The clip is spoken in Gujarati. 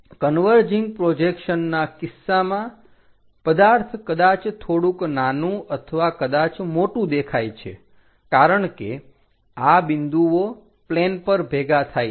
કન્વર્જિંગ પ્રોજેક્શનના કિસ્સામાં પદાર્થ કદાચ થોડુંક નાનું અથવા કદાચ મોટું દેખાય છે કારણ કે આ બિંદુઓ પ્લેન પર ભેગા થાય છે